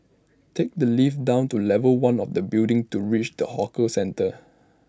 take the lift down to level one of the building to reach the hawker centre